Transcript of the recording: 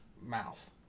mouth